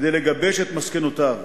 כדי לגבש את מסקנותיו.